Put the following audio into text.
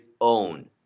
own